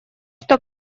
что